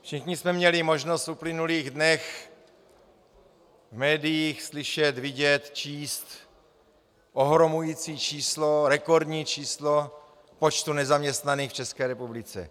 Všichni jsme měli možnost v uplynulých dnech v médiích slyšet, vidět, číst ohromující číslo, rekordní číslo počtu nezaměstnaných v České republice.